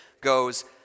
goes